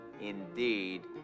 indeed